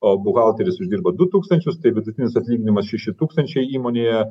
o buhalteris uždirba du tūkstančius tai vidutinis atlyginimas šeši tūkstančiai įmonėje